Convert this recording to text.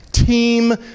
team